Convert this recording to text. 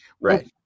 right